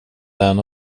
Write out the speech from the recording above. den